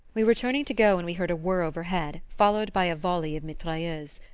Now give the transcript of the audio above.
we were turning to go when we heard a whirr overhead, followed by a volley of mitrailleuse.